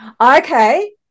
Okay